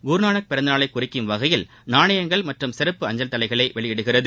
குருநானக் பிறந்த நாளை குறிக்கும் வகையில் நாணயங்கள் மற்றும் சிறப்பு அஞ்சல் தலைகளை வெளியிடுகிறது